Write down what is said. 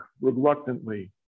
reluctantly